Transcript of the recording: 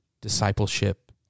discipleship